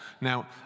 Now